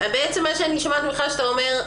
שאני שומעת ממך, שאתה אומר: